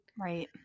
Right